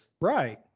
right